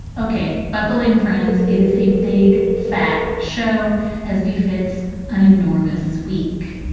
okay, buckle in, friends. it is a big fat show as befits an enormous week.